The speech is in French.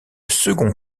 second